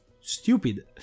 stupid